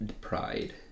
pride